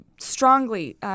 strongly